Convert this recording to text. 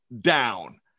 Down